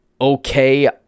okay